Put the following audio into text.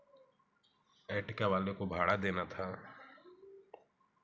Ertiga वाले को भाड़ा देना था